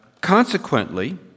consequently